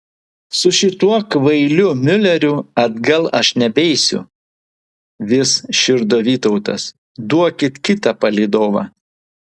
su šituo kvailiu miuleriu atgal aš nebeisiu vis širdo vytautas duokit kitą palydovą